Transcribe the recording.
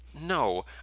No